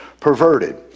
perverted